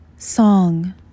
Song